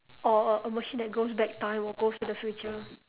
or or a a machine that goes back time or goes to the future